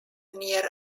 near